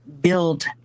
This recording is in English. build